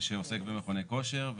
שעוסק במכוני כושר.